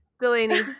Delaney